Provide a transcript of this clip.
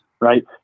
Right